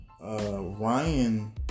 Ryan